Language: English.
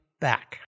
back